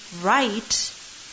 right